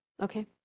Okay